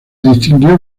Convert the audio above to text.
distinguió